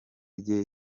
rye